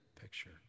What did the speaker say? picture